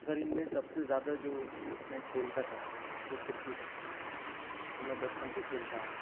مگر ان میں سب سے زیادہ میں جو کھیلتا تھا وہ کرکٹ ہے جسے میں بچپن سے کھیلتا آ رہا ہوں